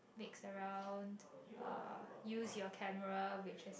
mixed around uh use your camera which is